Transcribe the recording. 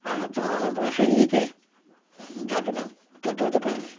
আমার তো এখন অনেক বয়স হয়ে গিয়েছে জানি না দৌড়োতে পারি না